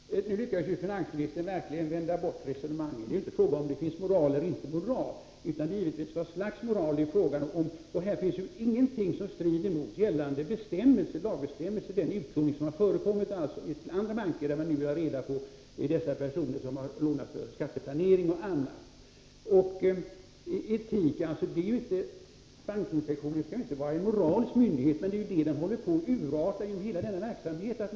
Herr talman! Nu lyckas finansministern verkligen vända bort resonemanget. Det är inte fråga om huruvida det finns moral eller inte utan givetvis om vad för slags moral som finns. I den utlåning som har förekommit finns ingenting som strider mot gällande lagbestämmelser. Nu vänder man sig till andra banker för att få reda på personer som lånat pengar för skatteplanering och annat. Bankinspektionen skall inte vara en moralisk myndighet, men genom den här verksamheten håller den ju på att urarta.